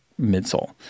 midsole